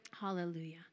Hallelujah